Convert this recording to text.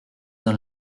dans